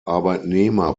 arbeitnehmer